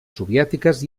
soviètiques